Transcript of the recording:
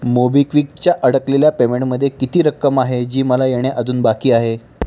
मोबिक्विकच्या अडकलेल्या पेमेंटमध्ये किती रक्कम आहे जी मला येणे अजून बाकी आहे